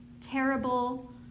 terrible